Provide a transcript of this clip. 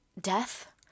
death